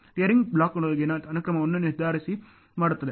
tearing ಬ್ಲಾಕ್ನೊಳಗಿನ ಅನುಕ್ರಮವನ್ನು ನಿರ್ಧರಿಸಲು ಮಾಡುತ್ತಿದೆ